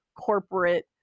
corporate